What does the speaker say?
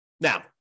Now